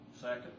Second